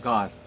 God